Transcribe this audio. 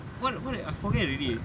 what what did I forget already